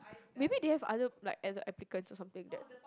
maybe they have other like appli~ applicants or something that